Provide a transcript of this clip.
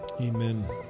Amen